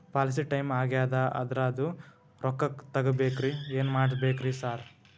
Policy time ಆಗ್ಯಾದ ಅದ್ರದು ರೊಕ್ಕ ತಗಬೇಕ್ರಿ ಏನ್ ಮಾಡ್ಬೇಕ್ ರಿ ಸಾರ್?